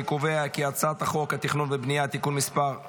אני קובע כי הצעת חוק התכנון והבנייה (תיקון מס' 157),